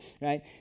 right